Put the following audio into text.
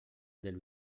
del